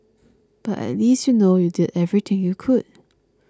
but at least you'll know you did everything you could